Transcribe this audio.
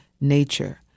nature